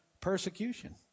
persecution